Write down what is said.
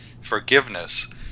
forgiveness